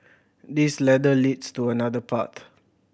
this ladder leads to another path